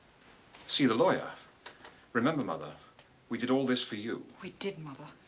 see the lawyer remember mother we did all this for you. we did mother.